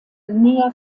nea